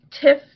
Tiff